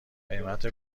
قیمت